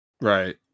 Right